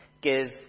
give